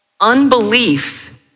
Unbelief